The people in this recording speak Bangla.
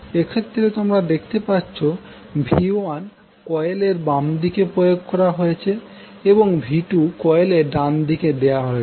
এক্ষেত্রে তোমরা দেখতে পাচ্ছো v1কোয়েলের বামদিকে প্রয়োগ করা হয়েছে এবং v2কোয়েলের ডানদিকে দেওয়া হয়েছে